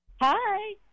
Hi